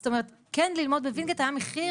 זאת אומרת כן ללמוד בווינגיט היה מחיר